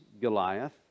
Goliath